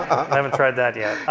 i haven't tried that yet.